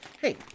Hey